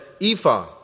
ephah